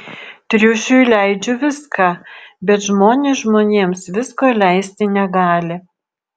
triušiui leidžiu viską bet žmonės žmonėms visko leisti negali